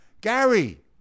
Gary